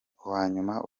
uwanyuma